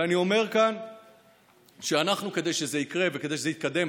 ואני אומר כאן שכדי שזה יקרה וכדי שזה יתקדם,